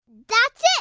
that's it.